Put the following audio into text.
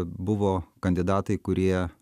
buvo kandidatai kurie